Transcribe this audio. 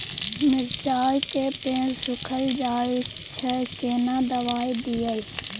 मिर्चाय के पेड़ सुखल जाय छै केना दवाई दियै?